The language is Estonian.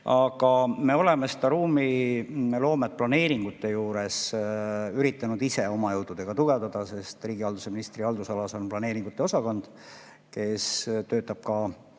Aga me oleme seda ruumiloomet planeeringute juures üritanud ise oma jõududega tugevdada, sest riigihalduse ministri haldusalas on planeeringute osakond, kes töötab ka